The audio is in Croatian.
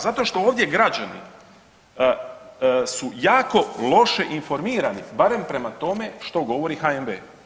Zato što ovdje građani su jako loše informirani, barem prema tome što govori HNB.